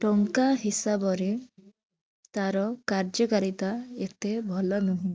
ଟଙ୍କା ହିସାବରେ ତା'ର କାର୍ଯକାରିତା ଏତେ ଭଲ ନୁହେଁ